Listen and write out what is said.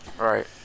Right